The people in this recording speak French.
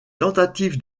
tentatives